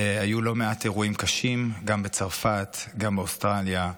היו לא מעט אירועים קשים גם בצרפת, גם באוסטרליה,